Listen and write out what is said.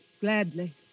gladly